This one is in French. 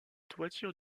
toitures